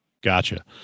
Gotcha